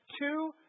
Two